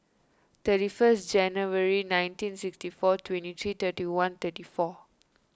thirty three January nineteen sixty four twenty three thirty one thirty four